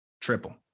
Triple